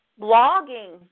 blogging